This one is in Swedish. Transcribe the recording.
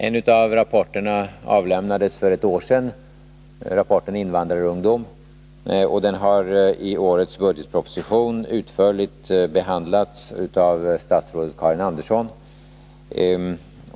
En av rapporterna avlämnades för ett år sedan — rapporten Invandrarungdom — och den har i årets budgetproposition utförligt behandlats av statsrådet Karin Andersson.